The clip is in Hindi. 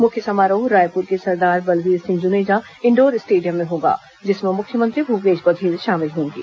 मुख्य समारोह रायपुर कें सरदार बलवीर सिंह जुनेजा इंडोर स्टेडियम में होगा जिसमें मुख्यमंत्री भूपेश बघेल शामिल होंगे